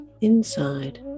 inside